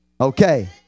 okay